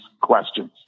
questions